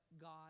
God